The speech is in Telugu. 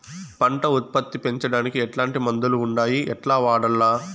పంట ఉత్పత్తి పెంచడానికి ఎట్లాంటి మందులు ఉండాయి ఎట్లా వాడల్ల?